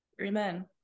Amen